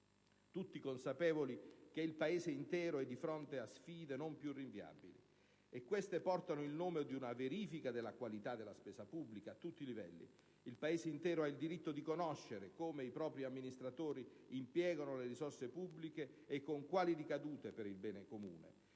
tutti consapevoli che il Paese intero è di fronte a sfide non più rinviabili che portano il nome di una verifica della qualità della spesa pubblica a tutti i livelli. Il Paese intero ha il diritto di conoscere come i propri amministratori impiegano le risorse pubbliche e con quali ricadute per il bene comune.